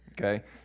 Okay